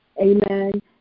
Amen